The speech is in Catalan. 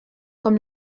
com